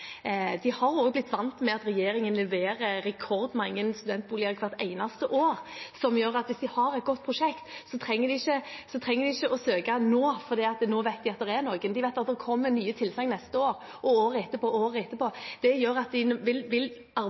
De har også blitt vant til at regjeringen leverer rekordmange studentboliger hvert eneste år, noe som gjør at hvis de har et godt prosjekt, trenger de ikke å søke nå, for nå vet de at det er noen. De vet at det kommer nye tilsagn neste år, året etter og året etter det igjen. Det gjør at de vil